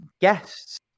guests